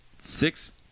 six